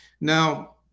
Now